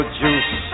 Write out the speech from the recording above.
juice